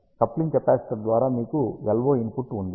coupling capacitor ద్వారా మీకు LO input ఉంది